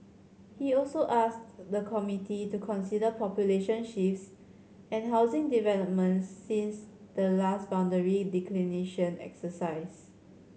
he also asked the committee to consider population shifts and housing developments since the last boundary delineation exercise